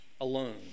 alone